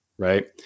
right